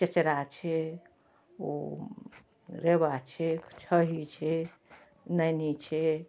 चेचरा छै ओ रेबा छै छही छै नैनी छै